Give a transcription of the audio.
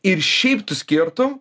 ir šiaip tu skirtum